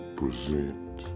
present